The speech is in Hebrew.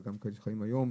וגם כן שחיים היום,